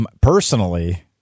personally